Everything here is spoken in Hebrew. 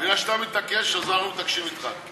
אתה מתעקש, אז אנחנו מתעקשים אתך.